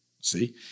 See